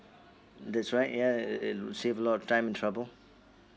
that's right yeah it it it would save a lot of time and trouble